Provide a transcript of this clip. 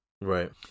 Right